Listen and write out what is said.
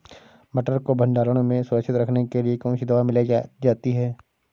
मटर को भंडारण में सुरक्षित रखने के लिए कौन सी दवा मिलाई जाती है?